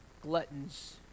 gluttons